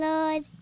Lord